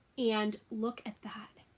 and look at that.